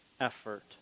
effort